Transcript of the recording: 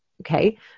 Okay